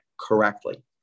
correctly